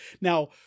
Now